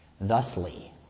Thusly